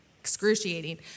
excruciating